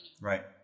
Right